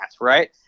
right